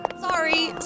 Sorry